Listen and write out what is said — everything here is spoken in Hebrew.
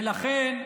ולכן,